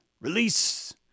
Release